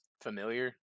familiar